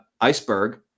iceberg